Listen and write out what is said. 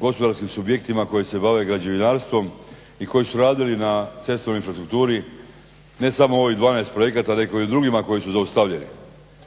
gospodarskim subjektima koji se bave građevinarstvom i koji su radili na cestovnoj infrastrukturi ne samo u ovih 12 projekata nego i u drugima koji su zaustavljeni.